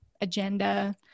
agenda